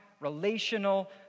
relational